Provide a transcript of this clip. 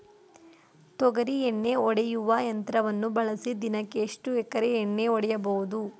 ತೊಗರಿ ಎಣ್ಣೆ ಹೊಡೆಯುವ ಯಂತ್ರವನ್ನು ಬಳಸಿ ದಿನಕ್ಕೆ ಎಷ್ಟು ಎಕರೆ ಎಣ್ಣೆ ಹೊಡೆಯಬಹುದು?